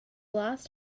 last